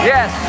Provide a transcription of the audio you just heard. Yes